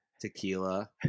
tequila